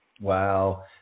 wow